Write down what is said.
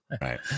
right